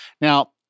Now